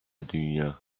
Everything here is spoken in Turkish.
dünya